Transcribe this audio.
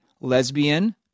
lesbian